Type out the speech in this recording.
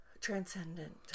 transcendent